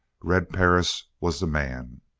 red perris was the man!